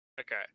okay